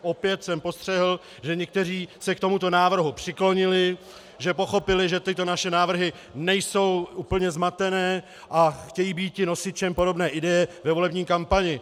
Opět jsem postřehl, že někteří se k tomuto návrhu přiklonili, že pochopili, že tyto naše návrhy nejsou úplně zmatené, a chtějí být nosičem podobné ideje ve volební kampani.